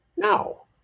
No